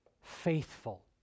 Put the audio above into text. faithful